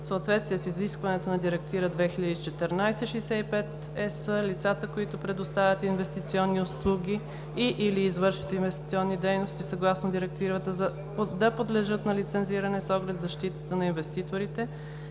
съответствие с изискването на Директива 2014/65/ЕС лицата, които предоставят инвестиционни услуги и/или извършват инвестиционни дейности съгласно Директивата, да подлежат на лицензиране с оглед защитата на инвеститорите